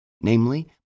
namely